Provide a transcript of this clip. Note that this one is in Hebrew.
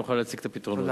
נוכל להציג את הפתרונות.